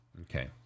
Okay